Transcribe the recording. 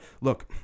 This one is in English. look